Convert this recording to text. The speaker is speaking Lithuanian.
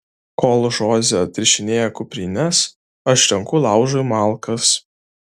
kol žoze atrišinėja kuprines aš renku laužui malkas